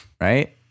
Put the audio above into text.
Right